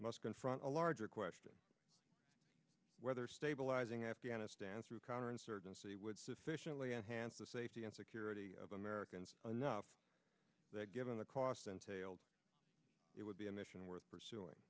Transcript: must confront the larger question whether stabilizing afghanistan through counterinsurgency would sufficiently enhance the safety and security of americans enough given the cost and failed it would be a mission worth pursuing